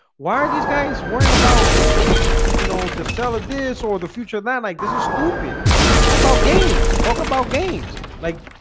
why are these guys worrying about you know the seller dis or the future that like this is stupid this is about games talk about games like,